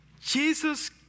Jesus